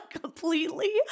completely